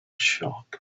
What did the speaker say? shop